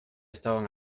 estaban